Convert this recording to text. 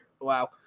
Wow